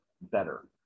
better